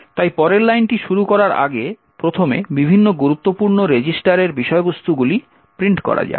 তাই পরের লাইনটি শুরু করার আগে প্রথমে বিভিন্ন গুরুত্বপূর্ণ রেজিস্টারের বিষয়বস্তুগুলি প্রিন্ট করা যাক